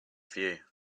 view